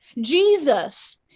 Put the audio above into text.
Jesus